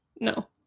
No